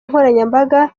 nkoranyambaga